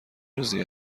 روزی